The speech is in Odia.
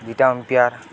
ଦୁଇଟା ଅମପ୍ୟାର୍